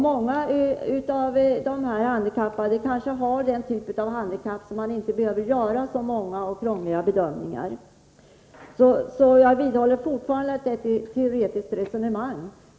Många av dessa handikappade kanske har den typen av handikapp att man inte behöver göra så många och krångliga bedömningar. Jag vidhåller alltså fortfarande att det är ett teoretiskt resonemang.